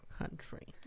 country